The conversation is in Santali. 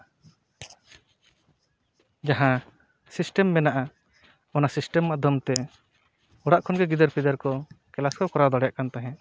ᱡᱟᱦᱟᱸ ᱥᱤᱥᱴᱮᱢ ᱢᱮᱱᱟᱜᱼᱟ ᱚᱱᱟ ᱥᱤᱥᱴᱮᱢ ᱢᱟᱫᱽᱫᱷᱚᱢ ᱛᱮ ᱚᱲᱟᱜ ᱠᱷᱚᱱ ᱜᱮ ᱜᱤᱫᱟᱹᱨ ᱯᱤᱫᱟᱹᱨ ᱠᱚ ᱠᱞᱟᱥ ᱠᱚ ᱠᱚᱨᱟᱣ ᱫᱟᱲᱮᱭᱟᱜ ᱠᱟᱱ ᱛᱟᱦᱮᱸᱫ